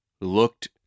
looked